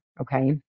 okay